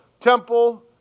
temple